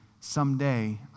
Someday